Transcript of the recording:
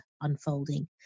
unfolding